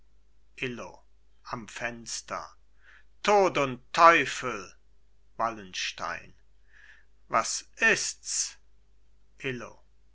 illo am fenster tod und teufel wallenstein was ists illo